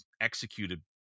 executed